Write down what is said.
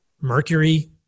Mercury